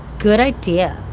good idea.